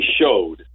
showed